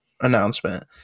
announcement